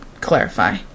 clarify